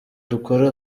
dukore